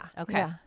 Okay